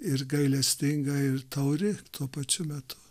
ir gailestinga ir tauri tuo pačiu metu